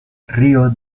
río